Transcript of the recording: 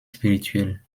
spirituelle